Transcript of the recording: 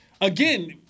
again